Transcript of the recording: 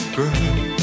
Girl